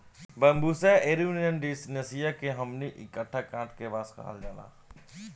Bambusa arundinacea के हमनी इन्हा कांटा बांस कहाला